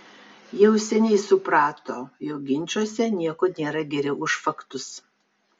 jau seniai suprato jog ginčuose nieko nėra geriau už faktus